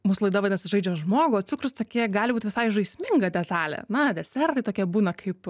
mūsų laida vadinasi žaidžiam žmogų cukrus tokie gali būti visai žaisminga detalė na desertai tokie būna kaip